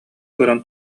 көрөн